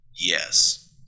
yes